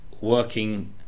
working